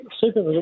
super